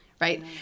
right